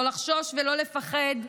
לא לחשוש ולא לפחד,